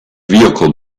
vehicle